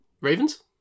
Ravens